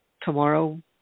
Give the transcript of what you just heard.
tomorrow